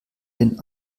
den